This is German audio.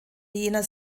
jener